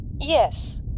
yes